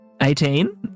Eighteen